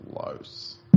close